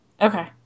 Okay